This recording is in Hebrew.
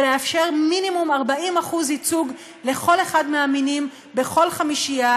ולאפשר מינימום 40% ייצוג לכל אחד מהמינים בכל חמישייה